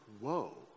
whoa